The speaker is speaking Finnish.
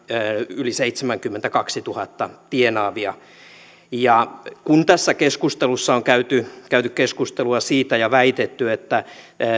yli seitsemänkymmentäkaksituhatta tienaavia ja kun tässä on käyty käyty keskustelua siitä ja väitetty että